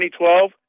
2012